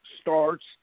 starts